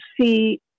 see